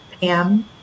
Pam